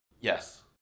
Yes